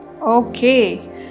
Okay